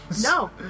No